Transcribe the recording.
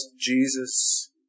Jesus